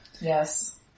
Yes